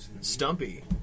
Stumpy